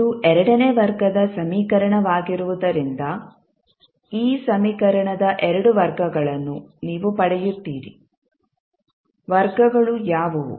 ಇದು ಎರಡನೇ ವರ್ಗದ ಸಮೀಕರಣವಾಗಿರುವುದರಿಂದ ಈ ಸಮೀಕರಣದ ಎರಡು ವರ್ಗಗಳನ್ನು ನೀವು ಪಡೆಯುತ್ತೀರಿ ವರ್ಗಗಳು ಯಾವುವು